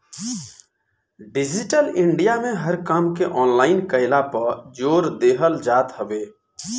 digital India में हर काम के ऑनलाइन कईला पअ जोर देहल जात हवे